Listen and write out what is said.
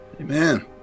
Amen